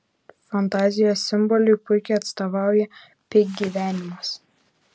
fantazijos simboliui puikiai atstovauja pi gyvenimas